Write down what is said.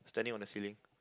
standing on the ceiling